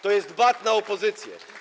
To jest bat na opozycję.